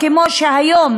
כמו שהיום